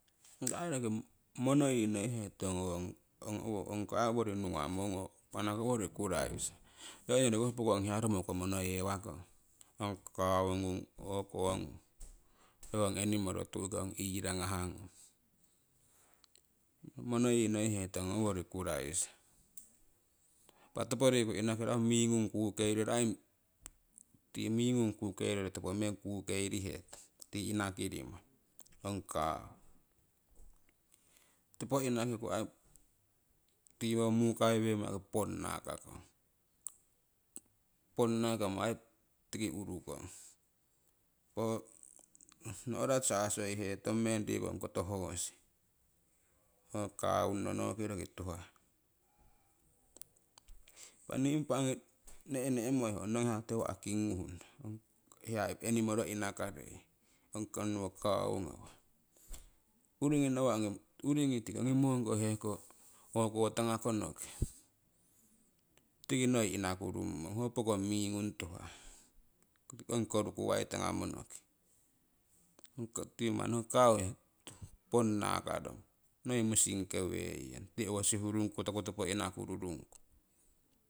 Ong ai roki mono yii nohihetong ong owori nugnamong impa anako owori kuraisa roki ong yori koh pokong hiya romoko monoyewakong ong cow ngung o'ko ngung roki ong animoro tu'ki ong iragha ngung. Mono yii nohihetong ong oworii kuriasa impa topo rikuu inakiro ho mii ngung kuukeiro tii mii gnung kukeiriro topo meng kukeirehetong inakirimo ong cow topo ye tee owo mukia wengmo yaki ponna kakong, ponna kamo ai tiki urukong impah ho no'ra sasoihetong meng rikuu ong koto horsi ho cowunno noki roki tuhah. Impa nii impa ongi ne'moi ho nong hiya tiwa' kinghu nong hiya animoro iinakarei ong onnowo cow ngawah. Uuriingi nawa' tikii ongi mong koh heko o'ko tanga konnokii tiki noi inakurummong. Ho pekong mii ngung tuuhah ongi korukuwai tanga monoki, hoko tiki manni ho cow manni ponna karong, noii musinke weiyoung tii owo sihurungku tokutopo inakurungku.